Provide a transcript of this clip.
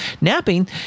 napping